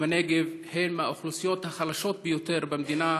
בנגב הן מהאוכלוסיות החלשות ביותר במדינה,